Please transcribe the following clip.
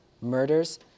murders